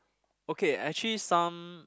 okay actually some